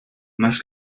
más